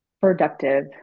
productive